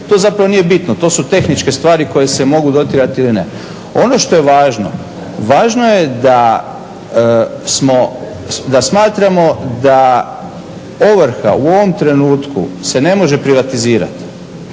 to zapravo nije bitno, to su tehničke stvari koje se mogu dotjerati ili ne. Ono što je važno, važno je da smatramo da ovrha u ovom trenutku se ne može privatizirati.